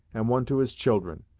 and one to his children.